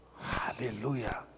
Hallelujah